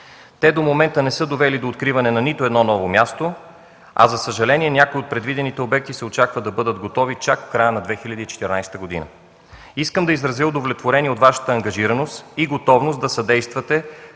до момента не са довели до откриване на нито едно ново място, а, за съжаление, някои от предвидените обекти се очаква да бъдат готови чак в края на 2014 г. Искам да изразя удовлетворение от Вашата ангажираност и готовност да съдействате